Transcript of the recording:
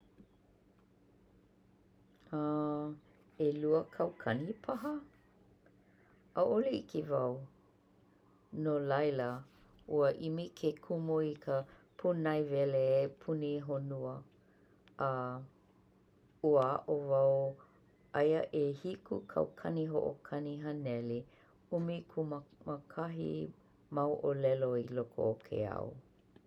A ʻelua kaukani paha? ʻAʻole ʻike wau, no laila ua imi i ke kumu i ka punaiwele e punihonua a ua aʻo wau aia ʻehiku kaukani hoʻokahi haneliʻumikūmāmākahi mau ʻōlelo i loko o ke ao.